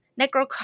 Necro